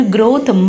Growth